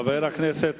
חבר הכנסת